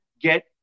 get